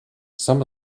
some